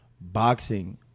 boxing